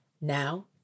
Now